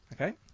Okay